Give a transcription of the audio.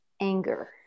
anger